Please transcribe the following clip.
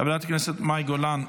חברת הכנסת מאי גולן,